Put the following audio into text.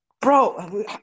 Bro